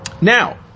Now